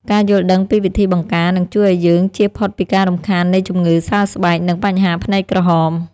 ការយល់ដឹងពីវិធីបង្ការនឹងជួយឱ្យយើងចៀសផុតពីការរំខាននៃជំងឺសើស្បែក និងបញ្ហាភ្នែកក្រហម។